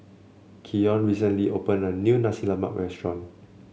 Keion recently opened a new Nasi Lemak restaurant